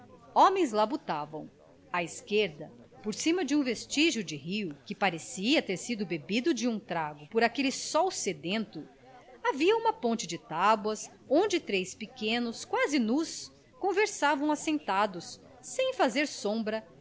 homens labutavam à esquerda por cima de um vestígio de rio que parecia ter sido bebido de um trago por aquele sol sedento havia uma ponte de tábuas onde três pequenos quase nus conversavam assentados sem fazer sombra